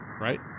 right